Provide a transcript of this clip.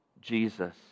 Jesus